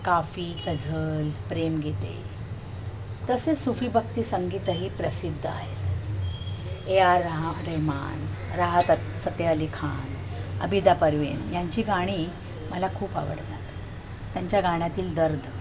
काफी गझल प्रेमगीते तसेच सुफी भक्ती संगीतही प्रसिद्ध आहेत ए आर रा रेहमान राहत अत् फतेअली खान अबिदा परवीन यांची गाणी मला खूप आवडतात त्यांच्या गाण्यातील दर्द